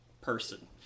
person